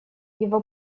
его